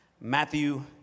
Matthew